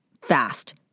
fast